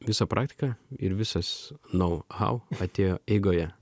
visa praktika ir visas nau hau atėjo eigoje